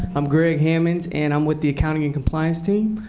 i'm greg hammons, and i'm with the accounting and compliance team.